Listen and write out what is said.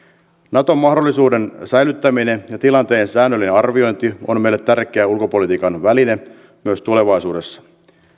nato mahdollisuuden säilyttäminen ja tilanteen säännöllinen arviointi on meille tärkeä ulkopolitiikan väline myös tulevaisuudessa